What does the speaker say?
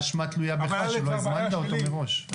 האשמה תלויה בך שלא הזמנת אותו מראש.